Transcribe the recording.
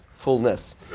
fullness